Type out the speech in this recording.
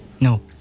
No